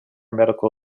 medical